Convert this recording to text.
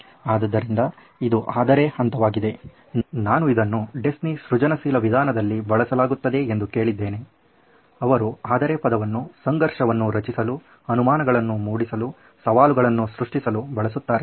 ಆದ್ದರಿಂದ ಇದು ಆದರೆ ಹಂತವಾಗಿದೆ ನಾನು ಇದನ್ನು ಡಿಸ್ನಿ ಸೃಜನಶೀಲ ವಿಧಾನದಲ್ಲಿ ಬಳಸಲಾಗುತ್ತದೆ ಎಂದು ಕೇಳಿದ್ದೇನೆ ಅವರು ಆದರೆ ಪದವನ್ನು ಸಂಘರ್ಷವನ್ನು ರಚಿಸಲು ಅನುಮಾನಗಳನ್ನು ಮೂಡಿಸಲು ಸವಾಲುಗಳನ್ನು ಸೃಷ್ಠಿಸಲು ಬಳಸುತ್ತಾರೆ